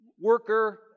worker